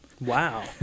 Wow